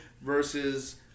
versus